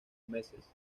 meses